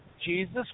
Jesus